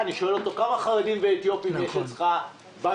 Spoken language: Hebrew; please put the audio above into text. זאת אומרת, החוק מגדיר שיהיה ייצוג הולם.